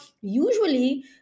usually